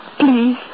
Please